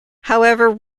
however